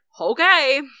okay